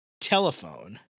telephone